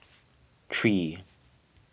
three